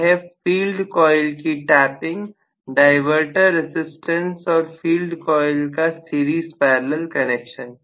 यह है field coil की टैपिंग डायवर्टर रजिस्टेंस और फील्ड कॉइल का सीरीज पैरेलल कनेक्शन